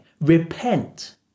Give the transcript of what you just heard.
Repent